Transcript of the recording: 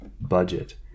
budget